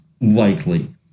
likely